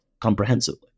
comprehensively